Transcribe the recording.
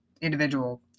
individual